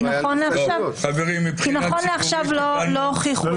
כי נכון לעכשיו לא הוכיחו --- לא,